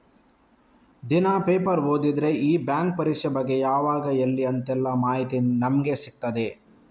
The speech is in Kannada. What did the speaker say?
ದಿನಾ ಪೇಪರ್ ಓದಿದ್ರೆ ಈ ಬ್ಯಾಂಕ್ ಪರೀಕ್ಷೆ ಬಗ್ಗೆ ಯಾವಾಗ ಎಲ್ಲಿ ಅಂತೆಲ್ಲ ಮಾಹಿತಿ ನಮ್ಗೆ ಸಿಗ್ತದೆ